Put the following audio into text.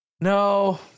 No